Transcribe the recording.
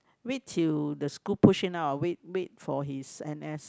wait til the school push him ah wait wait for his n_s